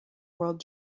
world